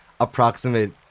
approximate